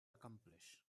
accomplish